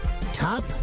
top